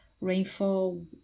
rainfall